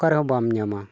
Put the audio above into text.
ᱚᱠᱟᱨᱮᱦᱚᱸ ᱵᱟᱢ ᱧᱟᱢᱟ